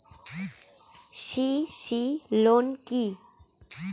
CC loan কি?